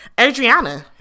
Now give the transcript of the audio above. Adriana